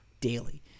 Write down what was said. daily